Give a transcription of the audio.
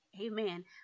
amen